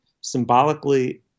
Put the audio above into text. symbolically